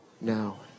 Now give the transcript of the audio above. now